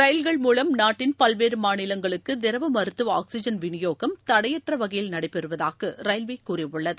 ரயில்கள் மூலம் நாட்டின் பல்வேறு மாநிலங்களுக்கு திரவ மருத்துவ ஆக்சிஜன் விநியோகம் தடையற்ற வகையில் நடைபெறுவதாக ரயில்வே கூறியுள்ளது